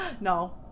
No